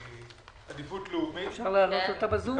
מקבלות עדיפות לאומית בשל ריבוי מהגרים?